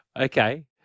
Okay